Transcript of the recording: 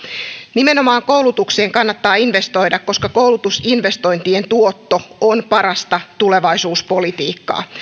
nimenomaan koulutukseen kannattaa investoida koska koulutusinvestointien tuotto on parasta tulevaisuuspolitiikkaa